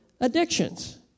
addictions